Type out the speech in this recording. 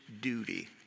duty